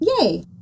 Yay